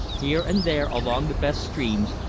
here and there along the best streams,